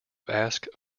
ask